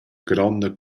gronda